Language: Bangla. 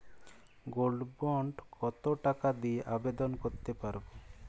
গোল্ড বন্ড কত টাকা দিয়ে আবেদন করতে পারবো?